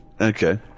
Okay